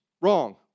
wrong